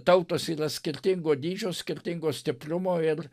tautos yra skirtingo dydžio skirtingo stiprumo ir